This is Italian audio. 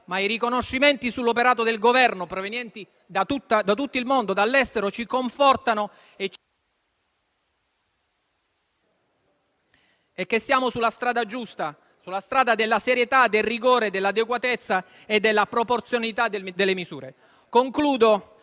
ma i riconoscimenti sull'operato del Governo provenienti dall'estero, da tutto il mondo, ci confortano e ci confermano che siamo sulla strada giusta, sulla strada della serietà, del rigore, dell'adeguatezza e della proporzionalità delle misure.